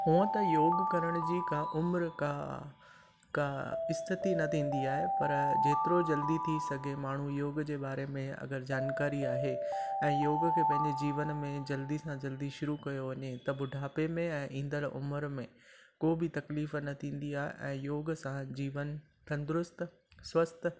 हुअ त योग करण जी का उमिर का का स्थिति न थींदी आहे पर जेतिरो जल्दी थी सघे माण्हू योग जे बारे में अगरि जानकारी आहे ऐं योग खे पंहिंजे जीवन में जल्दी सां जल्दी शुरू कयो वञे त बुढ़ापे में ईंदड़ु उमिरि में को बि तकलीफ़ न थींदी आहे ऐं योग सां जीवन तंदुरुस्तु स्वस्थ्यु